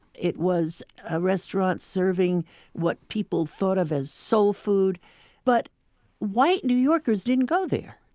it was a restaurant serving what people thought of as soul food but white new yorkers didn't go there